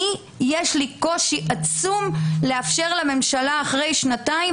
יש לי קושי עצום לאפשר לממשלה אחרי שנתיים